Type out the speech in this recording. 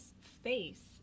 face